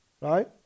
Right